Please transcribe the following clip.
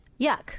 Yuck